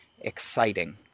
exciting